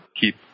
keep